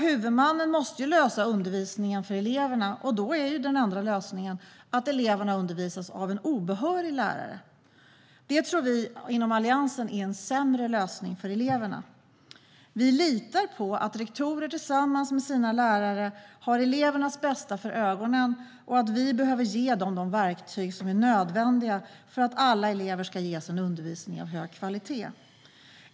Huvudmannen måste ju lösa undervisningen för eleverna, och då är den enda lösningen att eleverna undervisas av en obehörig lärare. Det tror vi inom Alliansen är en sämre lösning för eleverna. Vi litar på att rektorerna tillsammans med sina lärare har elevernas bästa för ögonen och att vi behöver ge dem de verktyg som är nödvändiga för att alla elever ska ges en undervisning av hög kvalitet.